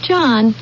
John